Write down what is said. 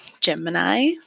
Gemini